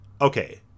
Okay